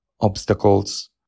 obstacles